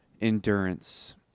endurance